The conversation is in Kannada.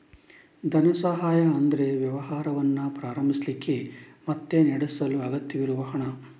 ಧನ ಸಹಾಯ ಅಂದ್ರೆ ವ್ಯವಹಾರವನ್ನ ಪ್ರಾರಂಭಿಸ್ಲಿಕ್ಕೆ ಮತ್ತೆ ನಡೆಸಲು ಅಗತ್ಯವಿರುವ ಹಣ